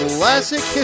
Classic